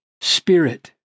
Spirit